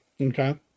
Okay